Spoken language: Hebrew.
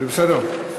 זה בסדר?